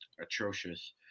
atrocious